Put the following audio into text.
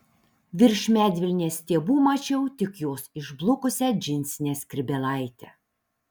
virš medvilnės stiebų mačiau tik jos išblukusią džinsinę skrybėlaitę